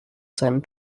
seinem